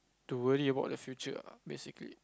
to worry about the future ah basically